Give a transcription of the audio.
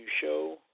show